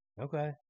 Okay